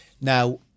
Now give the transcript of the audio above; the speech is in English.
Now